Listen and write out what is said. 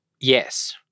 Yes